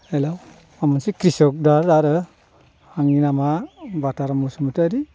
हेल' मोनसे क्रिसक दाल आरो आंनि नामआ बाथार बसुमतारि